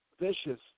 Vicious